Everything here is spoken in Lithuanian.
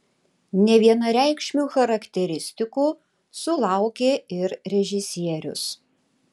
nevienareikšmių charakteristikų sulaukė ir režisierius